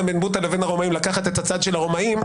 בן בוטא לבין הרומאים לקחת את הצד של הרומאים.